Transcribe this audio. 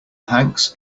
hanks